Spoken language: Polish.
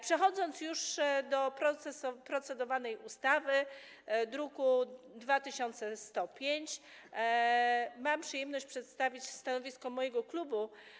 Przechodząc już do procedowanej ustawy z druku nr 2105, mam przyjemność przedstawić stanowisko mojego klubu.